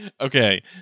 Okay